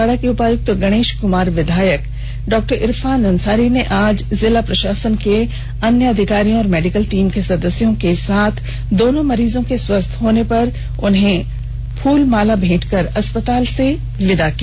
जामताड़ा के उपायुक्त गणेश कुमार विधायक डॉ इरफान अंसारी ने आज जिला प्रशासन के अन्य अधिकारियों और मेडिकल टीम के सदस्यों के साथ दोनों मरीजो को स्वस्थ होने पर फूल माला भेंटकर अस्पताल से घर के लिए विदा किया